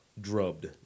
Drubbed